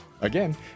Again